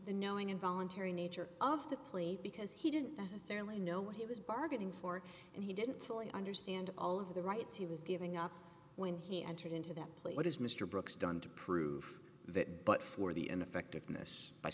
the knowing involuntary nature of the plea because he didn't necessarily know what he was bargaining for and he didn't fully understand all of the rights he was giving up when he entered into that play what is mr brooks done to prove that but for the ineffectiveness